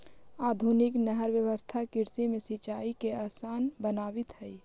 आधुनिक नहर व्यवस्था कृषि में सिंचाई के आसान बनावित हइ